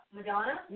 Madonna